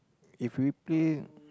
if we play